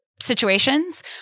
situations